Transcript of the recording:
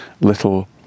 little